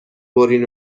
برین